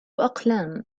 أقلام